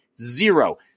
Zero